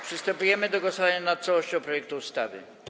Przystępujemy do głosowania nad całością projektu ustawy.